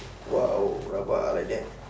!wow! rabak ah like that